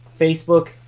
Facebook